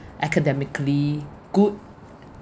academically good